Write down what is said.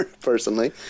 personally